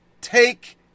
take